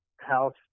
house